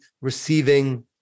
receiving